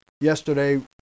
yesterday